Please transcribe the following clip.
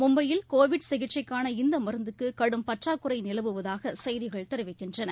மும்பையில் கோவிட் சிகிச்சைக்காள இந்தமருந்துக்குகடும் பற்றாக்குறைநிலவுவதாகசெய்திகள் தெரிவிக்கின்றன